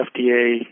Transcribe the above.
FDA